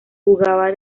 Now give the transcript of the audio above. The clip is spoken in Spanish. jugaba